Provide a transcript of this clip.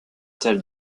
tel